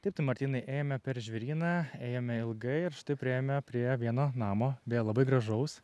taip tai martynai ėjome per žvėryną ėjome ilgai ir štai priėjome prie vieno namo vėl gražaus